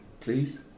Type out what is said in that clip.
please